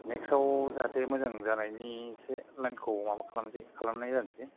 नेक्सआव जाहाथे मोजां जानायनि एसे लाइनखौ माबा खालामनोसै खालामनाय जानोसै